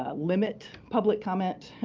ah limit public comment.